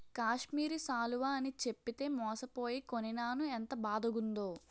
కాశ్మీరి శాలువ అని చెప్పితే మోసపోయి కొనీనాను ఎంత బాదగుందో